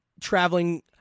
traveling